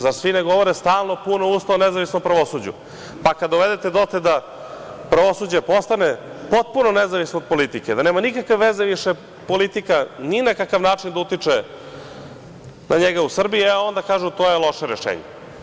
Zar svi ne govore, stalno puna usta o nezavisnom pravosuđu, pa kad dovedete dotle da pravosuđe postane potpuno nezavisno od politike, da nema nikakve veze više politika, ni na kakav način da utiče na njega u Srbiji, e onda kažu – to je loše rešenje.